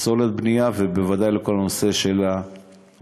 פסולת בנייה ובוודאי לכל הנושא של המט"שים.